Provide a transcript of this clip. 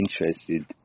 interested